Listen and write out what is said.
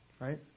Right